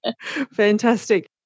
Fantastic